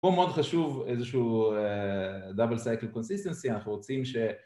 פה מאוד חשוב איזשהו double cycle consistency, אנחנו רוצים ש...